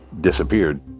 disappeared